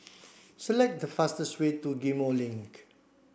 select the fastest way to Ghim Moh Link